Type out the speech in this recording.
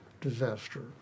disaster